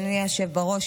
אדוני היושב בראש,